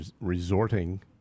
resorting